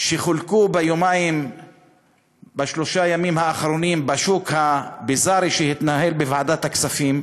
שחולקו בשלושת הימים האחרונים בשוק הביזארי שהתנהל בוועדת הכספים,